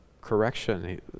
correction